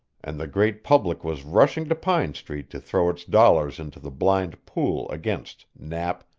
and the great public was rushing to pine street to throw its dollars into the blind pool against knapp,